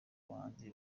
bahanzi